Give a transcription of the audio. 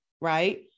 right